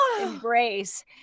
embrace